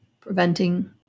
preventing